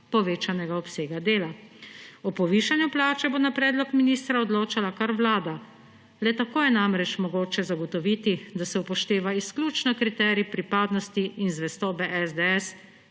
povečanega obsega dela. O povišanju plače bo na predlog ministra odločala kar vlada, le tako je namreč mogoče zagotoviti, da se upošteva izključno kriterij pripadnosti in zvestobe SDS